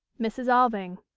mrs. alving.